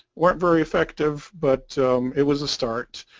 weren't very effective but it was a start.